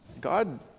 God